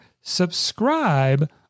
subscribe